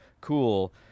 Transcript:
cool